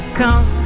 come